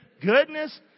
goodness